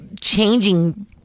changing